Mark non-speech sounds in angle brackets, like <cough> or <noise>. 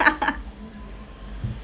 <laughs>